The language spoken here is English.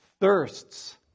thirsts